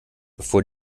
bevor